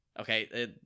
okay